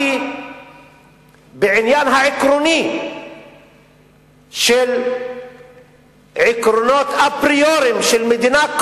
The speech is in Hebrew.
בעניין העקרוני של עקרונות אפריוריים של מדינה,